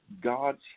god's